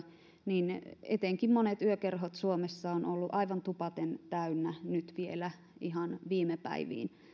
niin etenkin monet yökerhot suomessa ovat olleet aivan tupaten täynnä nyt vielä ihan viime päiviin